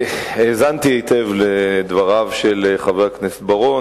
האזנתי היטב לדבריו של חבר הכנסת בר-און.